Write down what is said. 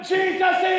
Jesus